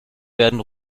werden